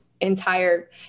entire